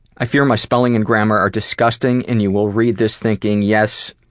i fear my spelling and grammar are disgusting and you will read this thinking yes,